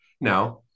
now